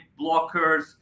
blockers